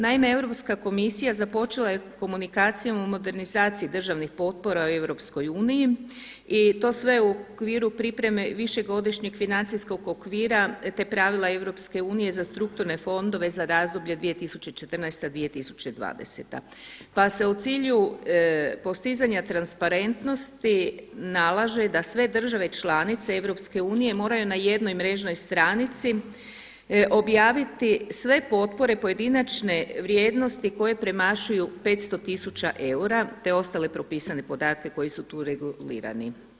Naime, Europska komisija započela je komunikacijom o modernizaciji državnih potpora u EU i to sve u okviru pripreme višegodišnjeg financijskog okvira, te pravila EU za strukturne fondove za razdoblje 2014.-2020. pa se u cilju postizanja transparentnosti nalaže da sve države članice EU moraju na jednoj mrežnoj stranici objaviti sve potpore pojedinačne vrijednosti koje premašuju 500 tisuća eura, te ostale propisane podatke koji su tu regulirani.